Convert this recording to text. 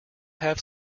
have